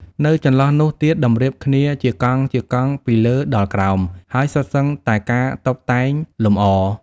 នៅចន្លោះនោះទៀតតម្រៀបគ្នាជាកង់ៗពីលើដល់ក្រោម ហើយសុទ្ធសឹងតែការតុបតែងលម្អ។